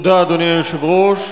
תודה, אדוני היושב-ראש.